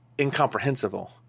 incomprehensible